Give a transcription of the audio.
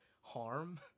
harm